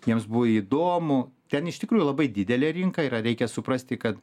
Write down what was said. jiems buvo įdomu ten iš tikrųjų labai didelė rinka yra reikia suprasti kad